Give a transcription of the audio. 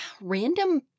random